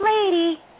lady